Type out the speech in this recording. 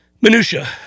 minutia